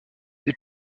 des